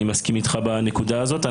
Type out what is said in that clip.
אני מסכים איתך בנקודה הזאת.